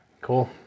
Cool